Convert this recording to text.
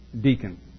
deacon